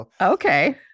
Okay